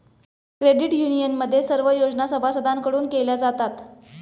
credit युनियनमध्ये सर्व योजना सभासदांकडून केल्या जातात